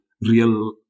real